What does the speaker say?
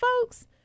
folks